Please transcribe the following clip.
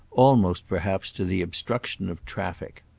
almost perhaps to the obstruction of traffic.